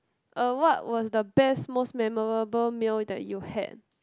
uh what was the best most memorable meal that you had